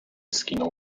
skinął